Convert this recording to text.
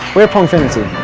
we are pongfinity.